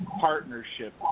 partnership